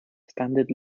standard